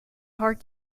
heart